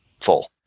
full